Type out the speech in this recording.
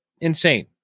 insane